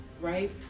right